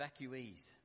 evacuees